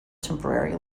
temporary